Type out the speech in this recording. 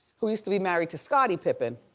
who used to be married to scotty pippen,